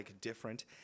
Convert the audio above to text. different